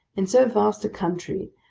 in so vast a country,